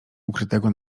ukrytego